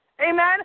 Amen